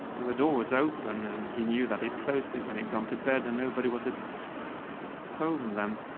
and the door was open and he knew that he'd close to when he'd gone to bed and nobody was at home them,